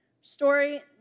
story